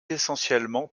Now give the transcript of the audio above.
essentiellement